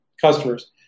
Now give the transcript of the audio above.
customers